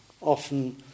often